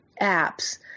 apps